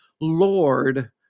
Lord